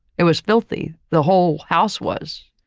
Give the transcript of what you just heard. it was filthy. the whole house was.